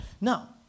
Now